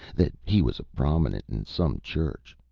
that he was prominent in some church.